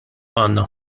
għandna